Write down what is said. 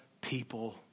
people